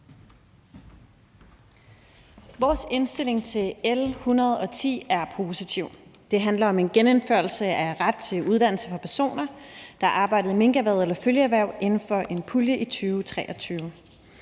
Vores indstilling til L 110 er positiv. Det handler om en genindførelse af ret til uddannelse for personer, der har arbejdet i minkerhvervet eller følgeerhverv, inden for en pulje i 2023.